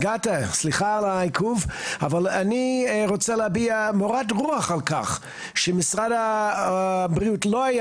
אני רוצה להביע מורת רוח על כך שמשרד הבריאות לא היה